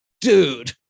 dude